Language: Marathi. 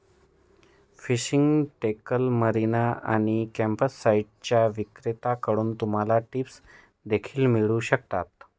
फिशिंग टॅकल, मरीना आणि कॅम्पसाइट्सच्या विक्रेत्यांकडून तुम्हाला टिप्स देखील मिळू शकतात